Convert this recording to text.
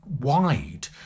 wide